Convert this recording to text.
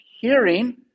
hearing